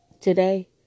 Today